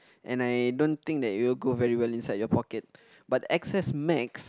and I don't think that it will go very well inside your pocket but x_s-max